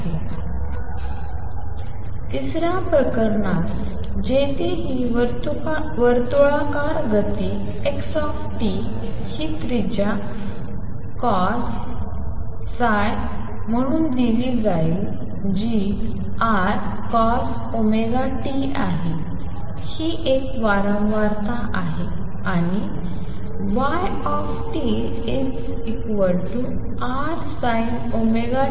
आहे तिसऱ्या प्रकरणात जिथे ही वर्तृळाकार गती x हि त्रिज्या cosϕ म्हणून दिली जाईल जी Rcosωt आहे ही एक वारंवारता आहे आणि y Rsinωt